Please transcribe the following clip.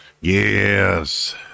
Yes